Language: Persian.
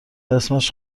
اسمش